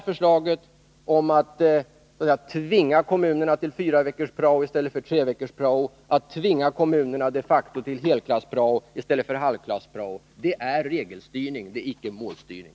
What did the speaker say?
Förslaget om att tvinga kommunerna till fyra veckors prao i stället för tre veckors, att tvinga kommunerna de facto till helklass-prao i stället för halvklass-prao, är regelstyrning. Det är icke målstyrning.